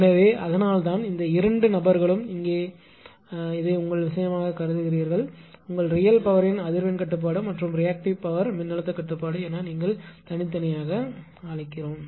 எனவே அதனால்தான் இந்த இரண்டு நபர்களும் இதை உங்கள் விஷயமாக கருதுகிறார்கள் உங்கள் ரியல் பவரின் அதிர்வெண் கட்டுப்பாடு மற்றும் ரியாக்ட்டிவ் பவர் மின்னழுத்த கட்டுப்பாடு என நீங்கள் தனித்தனியாக அழைக்கிறோம்